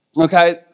Okay